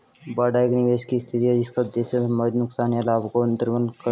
बाड़ा एक निवेश की स्थिति है जिसका उद्देश्य संभावित नुकसान या लाभ को अन्तर्लम्ब करना है